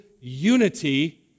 unity